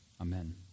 amen